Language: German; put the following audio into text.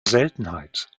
seltenheit